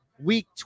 week